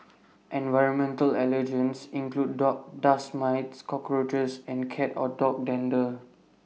environmental allergens include dust mites cockroaches and cat or dog dander